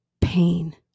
pain